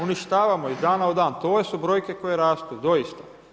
Uništavamo ih iz dana u dan, to su brojke koje rastu, doista.